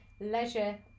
leisure